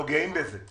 אנחנו גאים בזה.